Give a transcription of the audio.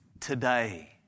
today